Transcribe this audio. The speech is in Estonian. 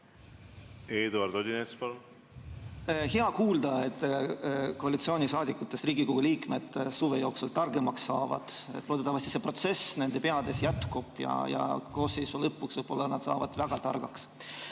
Eduard Odinets, palun! Hea kuulda, et koalitsiooni saadikutest Riigikogu liikmed on suve jooksul targemaks saanud. Loodetavasti see protsess nende peades jätkub ja koosseisu lõpuks nad saavad väga targaks.